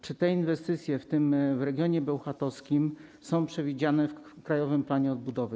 Czy takie inwestycje w regionie bełchatowskim są przewidziane w krajowym planie odbudowy?